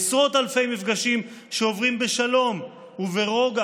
עשרות אלפי מפגשים שעוברים בשלום וברוגע,